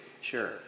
sure